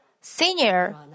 senior